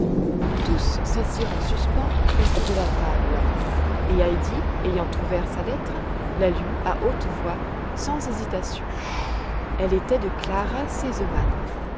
tous s'assirent en suspens autour de la table et heidi ayant ouvert sa lettre la lut à haute voix sans hésitation elle était de clara